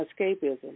escapism